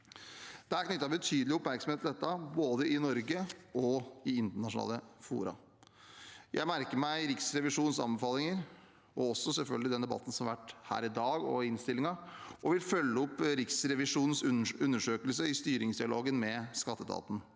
Det er knyttet betydelig oppmerksomhet til dette, både i Norge og i internasjonale fora. Jeg merker meg Riksrevisjonens anbefalinger og selvfølgelig også den debatten som har vært her i dag, om innstillingen, og vil følge opp Riksrevisjonens undersøkelse i styringsdialogen med skatteetaten.